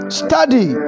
study